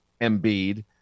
Embiid